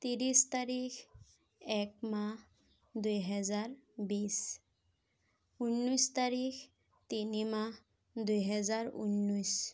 ত্ৰিছ তাৰিখ এক মাহ দুহেজাৰ বিছ ঊনৈছ তাৰিখ তিনি মাহ দুহেজাৰ ঊনৈছ